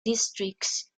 districts